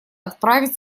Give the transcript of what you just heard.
отправить